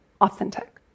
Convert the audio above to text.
authentic